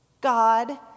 God